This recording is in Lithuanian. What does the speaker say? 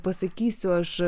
pasakysiu aš